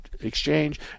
exchange